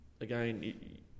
again